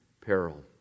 peril